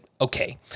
okay